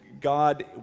God